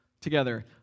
Together